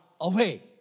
away